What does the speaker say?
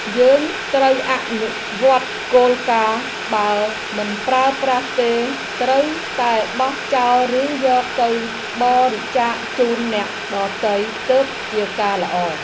យើងត្រូវអនុវត្តគោលការណ៍បើមិនប្រើប្រាស់ទេត្រូវតែបោះចោលឬយកទៅបរិច្ចាគជូនអ្នកដទៃទើបជាការល្អ។